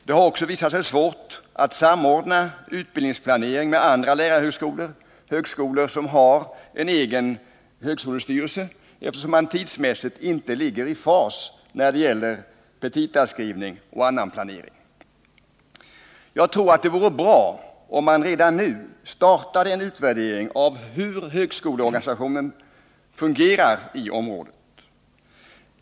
Det har också visat sig svårt att samordna utbildningsplaneringen med andra lärarhögskolor, som har egen högskolestyrelse, eftersom man tidsmässigt inte ligger i fas när det gäller petitaskrivning och annan planering. Jag tror att det vore bra om man redan nu startade en utvärdering av hur högskoleorganisationen fungerar i området.